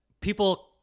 people